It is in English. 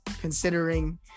Considering